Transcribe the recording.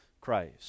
Christ